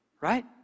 Right